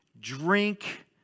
drink